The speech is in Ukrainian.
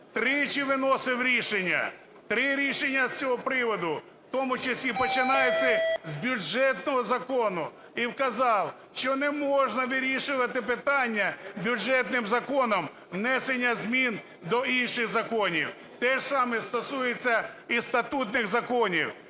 тричі виносив рішення, три рішення з цього приводу, у тому числі починаючи з бюджетного закону, і вказав, що не можна вирішувати питання бюджетним законом внесення змін до інших законів. Те ж саме стосується і статутних законів,